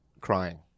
Crying